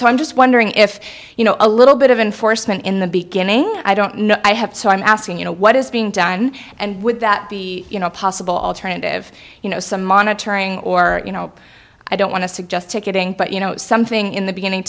so i'm just wondering if you know a little bit of enforcement in the beginning i don't know i have so i'm asking you know what is being done and would that be you know possible alternative you know some monitoring or you know i don't want to suggest ticketing but you know something in the beginning